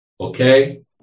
Okay